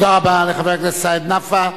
תודה רבה לחבר הכנסת סעיד נפאע.